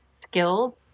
skills